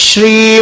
Shri